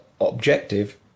objective